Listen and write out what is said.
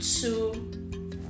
two